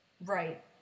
right